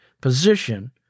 position